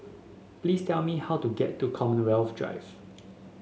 please tell me how to get to Commonwealth Drive